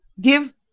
give